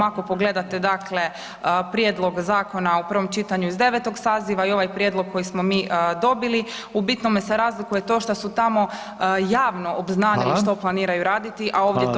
Ako pogledate dakle prijedlog zakon u prvom čitanju iz 9. saziva i ovaj prijedlog koji smo mi dobili u binome se razlikuje to šta su tamo javno obznanili što [[Upadica: Hvala.]] planiraju raditi, a ovdje to sakrivaju.